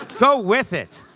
go with it.